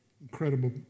Incredible